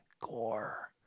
gore